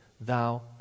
thou